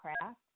craft